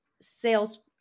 sales